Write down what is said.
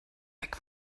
weg